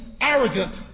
arrogant